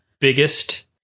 biggest